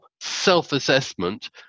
self-assessment